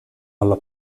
alla